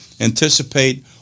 anticipate